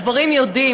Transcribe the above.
הדברים ידועים,